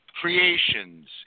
creations